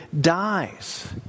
dies